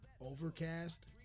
Overcast